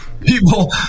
People